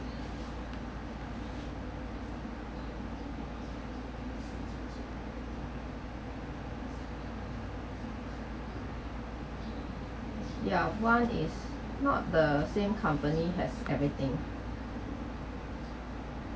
ya one is not the same company has everything